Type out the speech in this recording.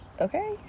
okay